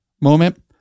moment